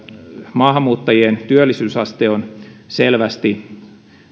maahanmuuttajien työllisyysaste on selvästi